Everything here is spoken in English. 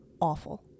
awful